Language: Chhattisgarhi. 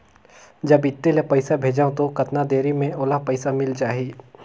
जब इत्ते ले पइसा भेजवं तो कतना देरी मे ओला पइसा मिल जाही?